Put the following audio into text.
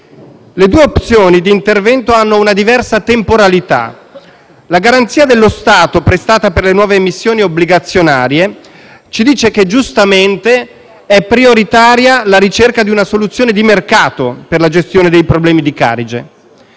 Le due opzioni di intervento hanno una diversa temporalità. La garanzia dello Stato prestata per le nuove emissioni obbligazionarie ci dice che, giustamente, è prioritaria la ricerca di una soluzione di mercato per la gestione dei problemi di Carige.